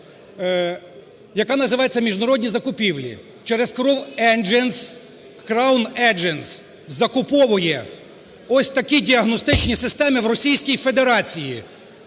яка називається "міжнародні закупівлі". Через Crown Agents закуповує ось такі діагностичні системи в Російській Федерації.